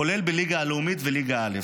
כולל בליגה הלאומית וליגה א'.